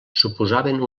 suposaven